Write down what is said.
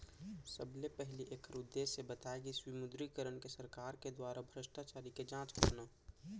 सबले पहिली ऐखर उद्देश्य बताए गिस विमुद्रीकरन के सरकार के दुवारा भस्टाचारी के जाँच करना